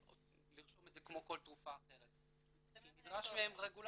לרשום את זה כמו כל תרופה אחרת כי נדרשת מהם רגולציה.